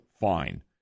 fine